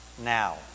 now